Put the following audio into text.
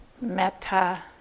metta